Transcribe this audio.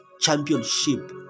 championship